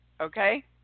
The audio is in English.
okay